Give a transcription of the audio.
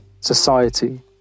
society